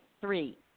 Three